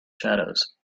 shadows